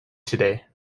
today